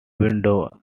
widow